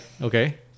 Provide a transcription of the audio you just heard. Okay